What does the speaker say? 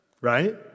right